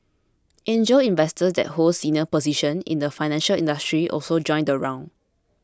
angel investors that hold senior positions in the financial industry also joined the round